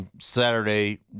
Saturday